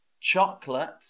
chocolate